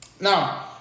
Now